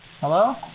Hello